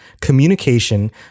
communication